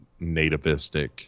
nativistic